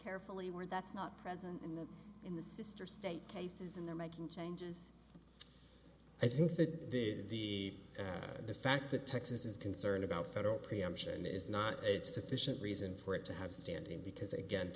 carefully where that's not present in the in the sister state cases and they're making changes i think that the and the fact that texas is concerned about federal preemption is not a sufficient reason for it to have standing because again